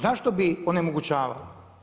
Zašto bi onemogućavali?